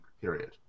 period